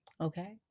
Okay